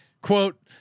Quote